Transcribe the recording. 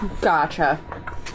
gotcha